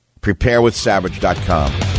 preparewithsavage.com